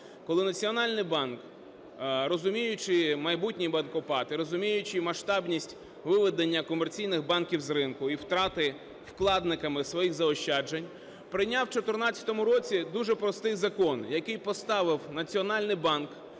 Коли Національний банк розуміючи майбутній "банкопад" і розуміючи масштабність виведення комерційних банків з ринку і втрати вкладниками своїх заощаджень прийняв в 14-му році дуже простий закон, який поставив Національний банк